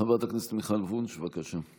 חברת הכנסת מיכל וונש, בבקשה.